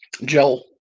Joel